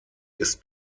ist